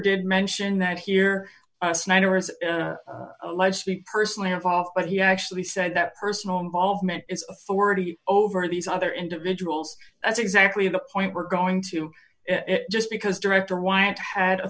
did mention that here snyder is allegedly personally involved but he actually said that personal involvement its authority over these other individuals that's exactly the point we're going to just because director wyatt had